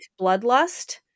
bloodlust